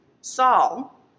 Saul